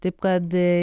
taip kad